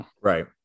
Right